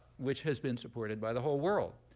which has been supported by the whole world.